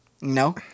no